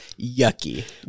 Yucky